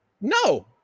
No